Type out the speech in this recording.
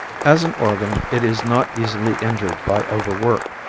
as an organ it is not easily injured by over work,